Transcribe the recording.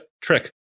trick